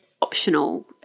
optional